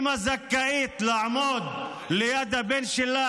אימא זכאית לעמוד ליד מיטת הבן שלה